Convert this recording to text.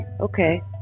okay